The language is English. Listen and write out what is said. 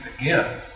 again